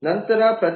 ನಂತರ ಪ್ರತಿ ತಿಂಗಳು 1